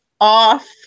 off